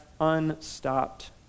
unstopped